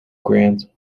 grant